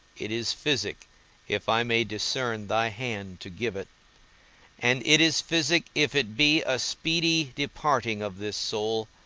it is physic if i may discern thy hand to give it and it is physic if it be a speedy departing of this soul,